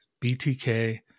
BTK